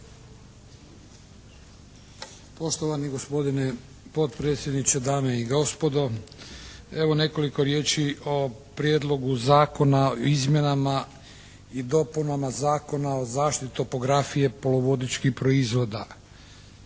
Poštovani gospodine potpredsjedniče, dame i gospodo. Evo nekoliko riječi o Prijedlogu Zakona o izmjenama i dopunama Zakona o zaštiti topografije poluvodičkih proizvoda.